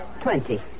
Twenty